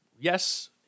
Yes